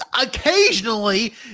Occasionally